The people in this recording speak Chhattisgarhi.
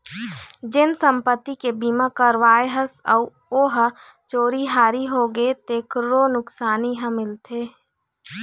जेन संपत्ति के बीमा करवाए हस अउ ओ ह चोरी हारी होगे तेखरो नुकसानी ह मिलथे